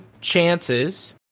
chances